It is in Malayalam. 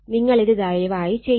നിങ്ങളിത് ദയവായി ചെയ്യുക